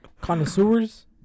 connoisseurs